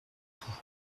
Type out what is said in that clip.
tout